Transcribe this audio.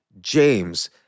James